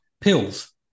pills